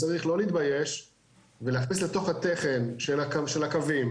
צריך לא להתבייש ולהכניס לתוך התכן של הקווים